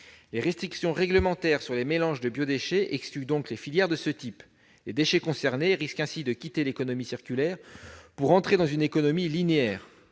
Les restrictions réglementaires sur les mélanges de biodéchets excluent donc les filières de ce type. Les déchets concernés risquent ainsi de quitter l'économie circulaire pour entrer dans une économie linéaire.